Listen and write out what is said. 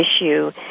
issue